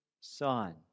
son